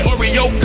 Oreo